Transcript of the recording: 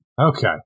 Okay